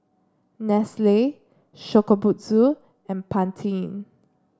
Nestle Shokubutsu and Pantene